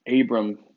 Abram